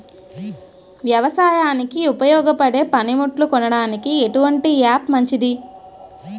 వ్యవసాయానికి ఉపయోగపడే పనిముట్లు కొనడానికి ఎటువంటి యాప్ మంచిది?